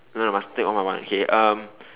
no no must think one by one um